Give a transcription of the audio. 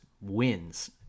wins